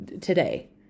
today